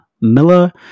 Miller